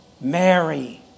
Mary